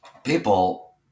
People